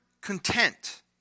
content